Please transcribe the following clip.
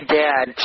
dad